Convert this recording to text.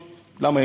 למה,